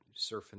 surfing